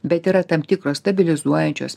bet yra tam tikros stabilizuojančios